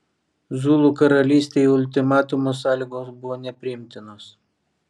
zulų karalystei ultimatumo sąlygos buvo nepriimtinos